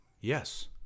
Yes